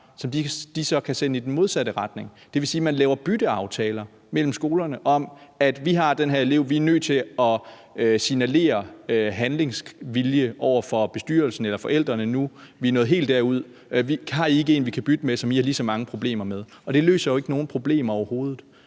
som de så kan sende i den modsatte retning. Det vil sige, at man laver bytteaftaler mellem skolerne, hvor man siger, at vi har den her elev, og vi er nødt til at signalere handlingsvilje over for bestyrelsen og forældrene nu. Vi er nået helt derud, og har I ikke en, I kan bytte med, som I har lige så mange problemer med? Det løser jo ikke nogen problemer overhovedet,